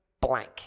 blank